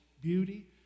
beauty